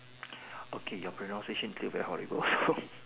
okay your pronunciation clear very horrible